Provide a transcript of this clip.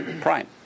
Prime